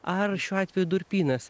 ar šiuo atveju durpynas